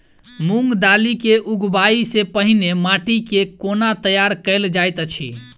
मूंग दालि केँ उगबाई सँ पहिने माटि केँ कोना तैयार कैल जाइत अछि?